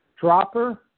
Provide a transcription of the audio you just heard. dropper